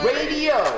Radio